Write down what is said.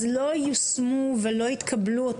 אותן המלצות של ועדת החינוך לא יושמו ולא התקבלו,